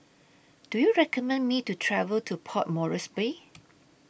Do YOU recommend Me to travel to Port Moresby